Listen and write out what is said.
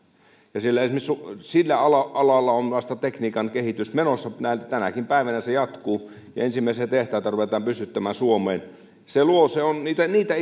sillä alalla on vasta tekniikan kehitys menossa ja tänäkin päivänä se jatkuu ja ensimmäisiä tehtaita ruvetaan pystyttämään suomeen se on niitä niitä